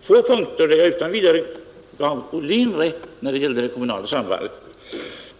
få punkter där jag gav Ohlin rätt när det gällde det kommunala sambandet.